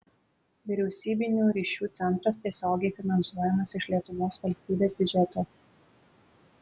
vyriausybinių ryšių centras tiesiogiai finansuojamas iš lietuvos valstybės biudžeto